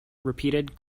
repeated